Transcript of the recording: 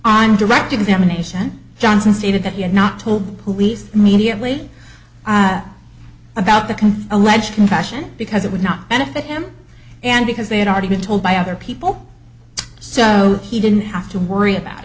on direct examination johnson stated that he had not told the police immediately about the can allege confession because it would not benefit him and because they had already been told by other people so he didn't have to worry about